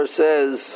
says